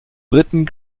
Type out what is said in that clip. briten